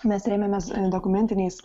mes rėmėmės dokumentiniais